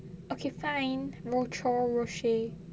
okay fine rochor rocher